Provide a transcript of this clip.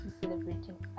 celebrating